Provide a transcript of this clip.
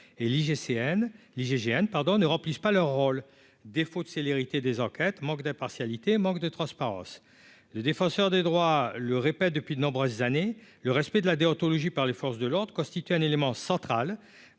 pardon ne remplissent pas leur rôle, défaut de célérité des enquêtes manque d'impartialité, manque de transparence, le défenseur des droits, le répète depuis de nombreuses années, le respect de la déontologie par les forces de l'Ordre constitue un élément central